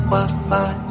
Wi-Fi